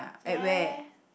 yes